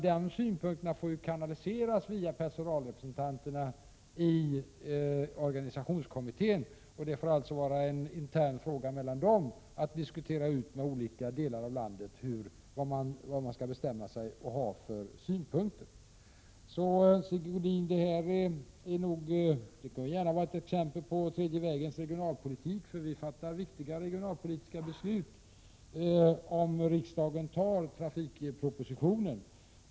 Dessa synpunkter får kanaliseras via personalrepresentanterna i organisationskommittén, och det får alltså vara en intern fråga för dem att diskutera med personal i olika delar av landet vilka synpunkter som man skall ha. Detta kunde gärna vara ett exempel på den tredje vägens regionalpolitik, för det blir ett viktigt regionalpolitiskt beslut om riksdagen godkänner trafikpropositionen.